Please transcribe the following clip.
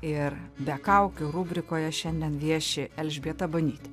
ir be kaukių rubrikoje šiandien vieši elžbieta banytė